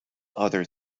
other